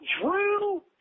Drew